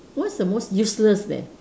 what's the most useless then